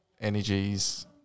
Energies